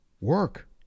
work